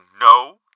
no